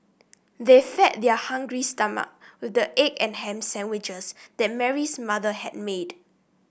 they fed their hungry stomach with the egg and ham sandwiches that Mary's mother had made